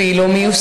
והיא לא מיושמת.